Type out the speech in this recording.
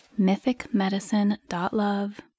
mythicmedicine.love